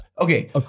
Okay